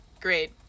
Great